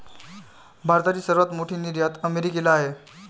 भारताची सर्वात मोठी निर्यात अमेरिकेला आहे